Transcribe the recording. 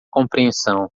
compreensão